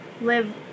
live